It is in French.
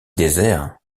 désert